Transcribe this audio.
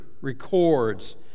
records